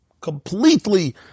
completely